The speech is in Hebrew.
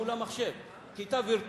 אומר: לא, מול המחשב, כיתה וירטואלית.